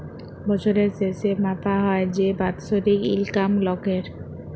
বছরের শেসে মাপা হ্যয় যে বাৎসরিক ইলকাম লকের